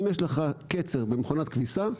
אם יש לך קצר במכונת הכביסה,